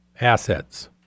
assets